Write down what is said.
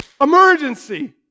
emergency